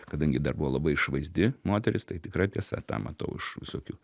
kadangi dar buvo labai išvaizdi moteris tai tikra tiesa tą matau iš visokių